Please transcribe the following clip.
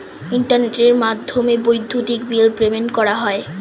ইন্টারনেটের মাধ্যমে বৈদ্যুতিক বিল পেমেন্ট করা যায়